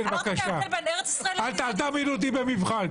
אל תעמידו אותי במבחן,